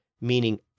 meaning